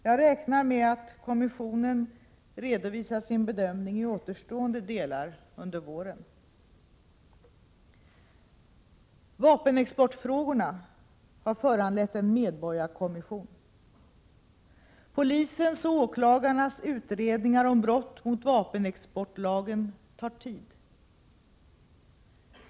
Jag räknar med att kommissionen redovisar sin bedömning i återstående delar under våren. Vapenexportfrågorna har föranlett en medborgarkommission. Polisens och åklagarnas utredningar om brott mot vapenexportlagen tar tid.